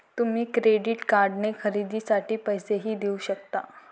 तुम्ही क्रेडिट कार्डने खरेदीसाठी पैसेही देऊ शकता